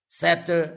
chapter